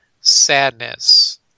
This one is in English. sadness